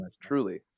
truly